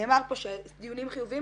נאמר פה שהדיונים חיוביים.